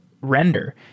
Render